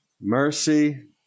mercy